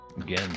Again